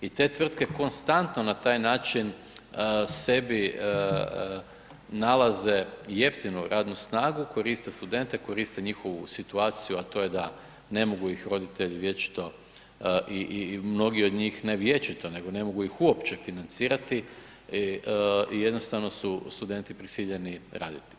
I te tvrtke konstantno na taj način sebi nalaze jeftinu radnu snagu, koriste studente, koriste njihovu situaciju, a to je da ne mogu ih roditelji vječito i mnogi od njih, ne vječito nego ne mogu ih uopće financirati i jednostavno su studenti prisiljeni raditi.